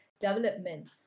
Development